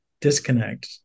disconnect